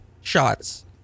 shots